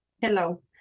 Hello